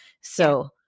So-